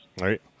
Right